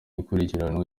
ikurikiranwa